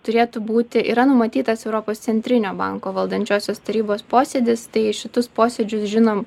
turėtų būti yra numatytas europos centrinio banko valdančiosios tarybos posėdis tai šitus posėdžius žinom